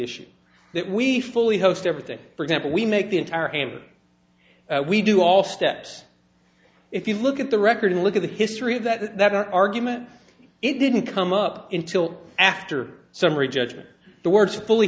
issue that we fully host everything for example we make the entire game we do all steps if you look at the record and look at the history of that argument it didn't come up in till after summary judgment the words fully